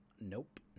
nope